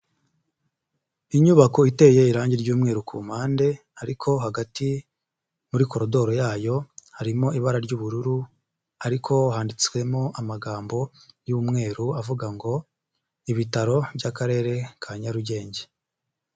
Inyubako iteye irangi ry'umweruru ku mpande, ariko hagati muri koridoro yayo, harimo ibara ry'ubururu, ariko handitswemo amagambo y'umweru avuga ngo: ibitaro by'akarere ka Nyarugenge.